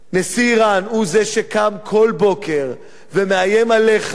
נשיא אירן הוא זה שקם כל בוקר ומאיים עליך,